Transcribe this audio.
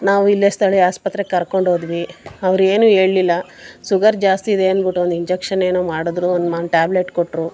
ನಾವು ಇಲ್ಲೇ ಸ್ಥಳೀಯ ಆಸ್ಪತ್ರೆಗೆ ಕರ್ಕೊಂಡು ಹೋದ್ವಿ ಅವರು ಏನೂ ಹೇಳ್ಳಿಲ್ಲ ಸುಗರ್ ಜಾಸ್ತಿ ಇದೆ ಅಂದ್ಬಿಟ್ಟು ಒಂದು ಇಂಜೆಕ್ಷನ್ ಏನೋ ಮಾಡಿದರು ಒಂದು ಮ ಟ್ಯಾಬ್ಲೆಟ್ ಕೊಟ್ಟರು